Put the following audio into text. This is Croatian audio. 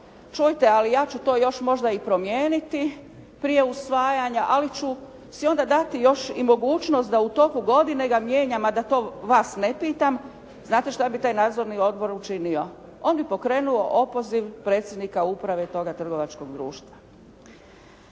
čujte ali ja ću još možda i promijeniti prije usvajanja, ali ću si onda dati mogućnost da u toku godine ga mijenjam a da to vas ne pitam. Znate što bi taj Nadzorni odbor učinio. On bi pokrenuo opoziv predsjednika uprave toga trgovačkog društva.